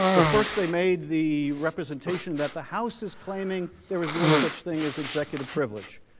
but first, they made the representation that the house is claiming there was no such thing as executive privilege.